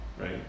right